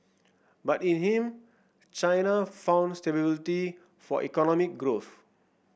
but in him China found stability for economic growth